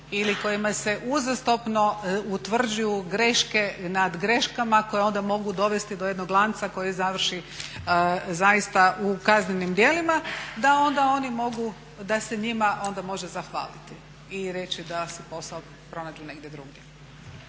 ili kojima se uzastopno utvrđuju greške nad greškama koje onda mogu dovesti do jednog lanca koji završi zaista u kaznenim djelima da onda oni mogu, da se njima onda može zahvaliti i reći da si posao pronađu negdje drugdje.